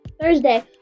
Thursday